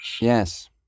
Yes